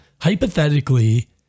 hypothetically